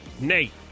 Nate